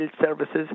services